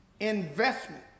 investment